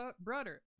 brother